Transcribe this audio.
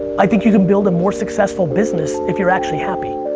i think you can build a more successful business if you're actually happy.